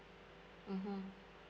mmhmm